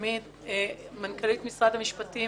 מנכ"לית משרד המשפטים